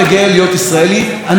אני אחד מהתשעה האלה.